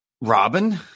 Robin